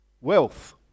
Wealth